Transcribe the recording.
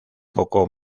poco